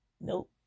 Nope